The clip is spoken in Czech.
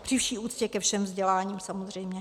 Při vší úctě ke všem vzděláním samozřejmě.